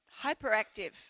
hyperactive